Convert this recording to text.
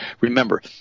Remember